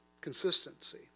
consistency